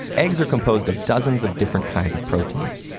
eggs are composed of dozens of different kinds of proteins,